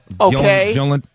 Okay